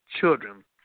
Children